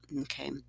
okay